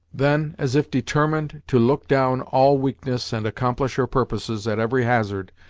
then, as if determined to look down all weaknesses, and accomplish her purposes at every hazard,